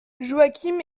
joachim